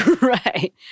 Right